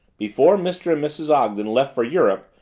before mr. and mrs. ogden left for europe,